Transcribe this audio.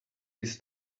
his